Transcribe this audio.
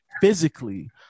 physically